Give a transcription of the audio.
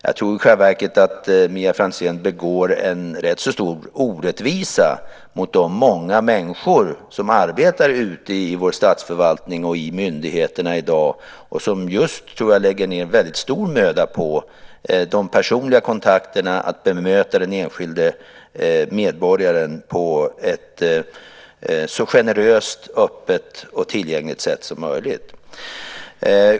Jag tror i själva verket att Mia Franzén begår en rätt så stor orättvisa mot de många människor som arbetar ute i vår statsförvaltning och i myndigheterna i dag. Jag tror att de lägger ned väldigt stor möda på de personliga kontakterna och på att bemöta den enskilde medborgaren på ett så generöst, öppet och tillgängligt sätt som möjligt.